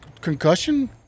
concussion